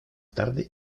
tarde